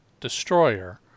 destroyer